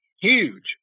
huge